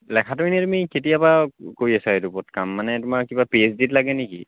লেখাটো এনেই তুমি কেতিয়াৰপৰা কৰি আছা এইটো ওপৰত কাম মানে তোমাৰ কিবা পি এইচ ডিত লাগে নেকি